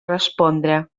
respondre